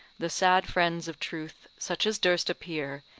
the sad friends of truth, such as durst appear,